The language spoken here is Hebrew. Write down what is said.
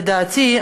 לדעתי,